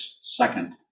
second